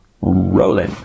rolling